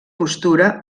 postura